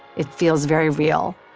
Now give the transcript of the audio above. it feels very real.